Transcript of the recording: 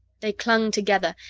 they clung together,